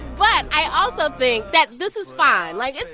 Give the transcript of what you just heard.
but i also think that this is fine. like, it's